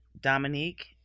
Dominique